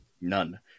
None